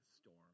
storm